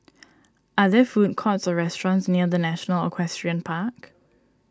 are there food courts or restaurants near the National Equestrian Park